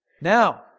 Now